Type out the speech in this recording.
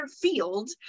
field